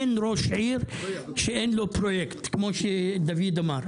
אין ראש עיר שאין לו פרויקט, כמו שדוד אמר.